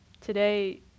Today